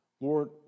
Lord